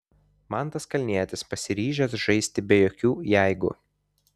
mantas kalnietis pasiryžęs žaisti be jokių jeigu